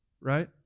right